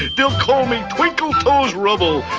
they'll call me twinkle toes rubble,